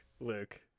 luke